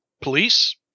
Police